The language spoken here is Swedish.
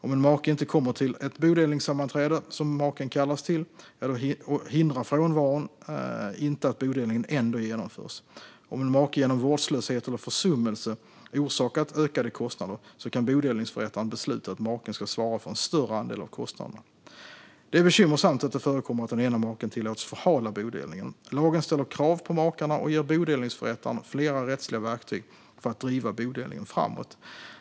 Om en make inte kommer till ett bodelningssammanträde som maken kallats till hindrar inte frånvaron att bodelningen ändå genomförs. Om en make genom vårdslöshet eller försummelse orsakat ökade kostnader kan bodelningsförrättaren besluta att maken ska svara för en större andel av kostnaderna. Det är bekymmersamt att det förekommer att den ena maken tillåts förhala bodelningen. Lagen ställer krav på makarna och ger bodelningsförrättaren flera rättsliga verktyg för att driva bodelningen framåt.